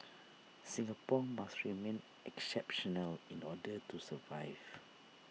Singapore must remain exceptional in order to survive